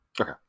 okay